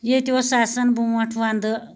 ییٚتہِ اوس آسان بونٛٹھ ونٛدٕ